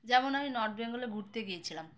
যেমন আমি নর্থ বেঙ্গলে ঘুরতে গিয়েছিলাম